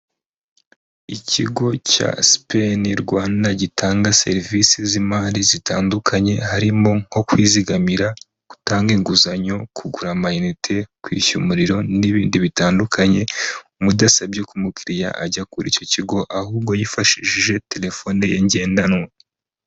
Ikigo cya Spenn Rwanda gitanga serivisi z'imari zitandukanye harimo nko kwizigamira, gutanga inguzanyo, kugura amayinite, kwishyura umuriro n'ibindi bitandukanye, mudasabye ko umukiriya ajya kuri icyo kigo ahubwo yifashishije telefone ye ngendanwa.